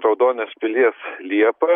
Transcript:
raudonės pilies liepa